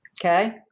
okay